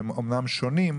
שהם אומנם שונים,